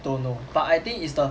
don't know but I think it's the